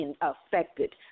affected